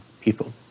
people